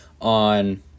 on